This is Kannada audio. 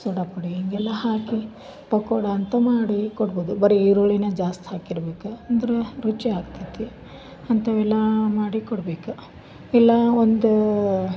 ಸೋಡಪುಡಿ ಹೀಗೆಲ್ಲ ಹಾಕಿ ಪಕೋಡ ಅಂತ ಮಾಡಿ ಕೊಡ್ಬೌದು ಬರೀ ಈರುಳ್ಳಿಯೇ ಜಾಸ್ತಿ ಹಾಕಿರ್ಬೇಕು ಅಂದ್ರೆ ರುಚಿಯಾಗ್ತೈತಿ ಅಂಥವೆಲ್ಲ ಮಾಡಿ ಕೊಡ್ಬೇಕು ಇಲ್ಲಾ ಒಂದು